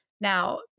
Now